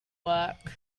work